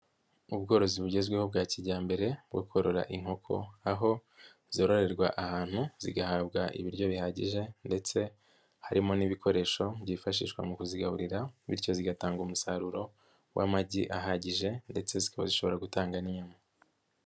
Ubworozi bugezweho bwa kijyambere bwo korora inkoko aho zororerwa ahantu zigahabwa ibiryo bihagije ndetse harimo n'ibikoresho byifashishwa mu kuzigaburira bityo zigatanga umusaruro w'amagi ahagije ndetse zikaba zishobora gutanga n'inyama.